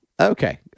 Okay